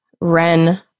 Ren